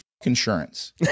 insurance